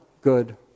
good